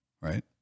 right